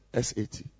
SAT